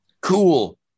cool